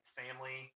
family